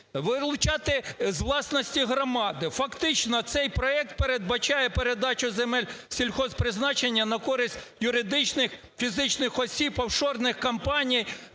вилучати з власності громади. Фактично цей проект передбачає передачу земель сільгосппризначення на користь юридичних, фізичних осіб, офшорних компаній,